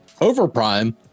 Overprime